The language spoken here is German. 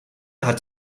hat